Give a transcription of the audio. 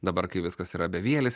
dabar kai viskas yra bevielis